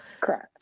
Correct